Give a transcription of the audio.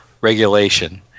regulation